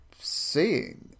seeing